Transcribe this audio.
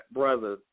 brother